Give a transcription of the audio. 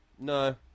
No